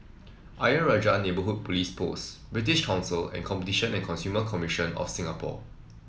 Ayer Rajah Neighbourhood Police Post British Council and Competition and Consumer Commission of Singapore